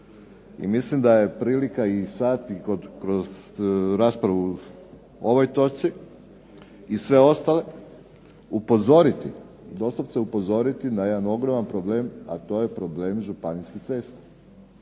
I mislim da je prilika i sad i kroz raspravu o ovoj točci i sve ostale upozoriti, doslovce upozoriti na jedan ogroman problem, a to je problem županijskih cesta.